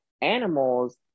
animals